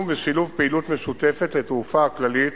ולשילוב פעילות משותפת לתעופה הכללית